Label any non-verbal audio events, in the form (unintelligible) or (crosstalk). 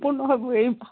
(unintelligible)